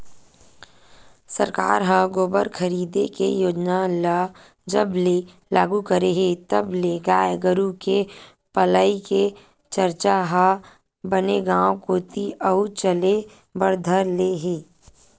सरकार ह गोबर खरीदे के योजना ल जब ले लागू करे हे तब ले गाय गरु के पलई के चरचा ह बने गांव कोती अउ चले बर धर ले हे